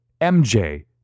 MJ